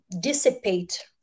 dissipate